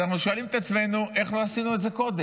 אנחנו שואלים את עצמנו: איך לא עשינו את זה קודם?